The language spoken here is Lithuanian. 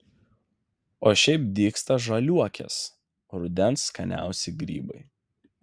o šiaip dygsta žaliuokės rudens skaniausi grybai